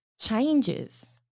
changes